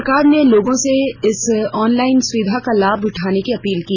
सरकार ने लोगों से इस ऑनलाइन सुविधा का लाभ उठाने की अपील की